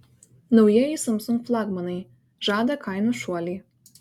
naujieji samsung flagmanai žada kainų šuolį